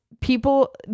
people